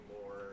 more